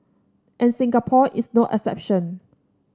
and Singapore is no exception